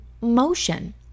motion